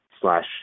slash